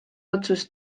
otsust